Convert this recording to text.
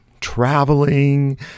traveling